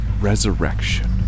resurrection